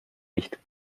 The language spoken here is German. licht